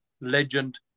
legend